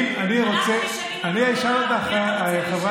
אנחנו נשענים על בורא עולם.